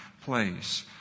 place